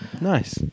nice